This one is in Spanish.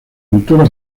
cultura